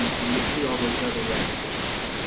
and you'll see all those other records that they have.